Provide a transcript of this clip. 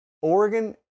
Oregon